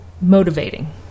motivating